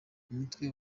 umutwe